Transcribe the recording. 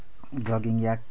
jogging या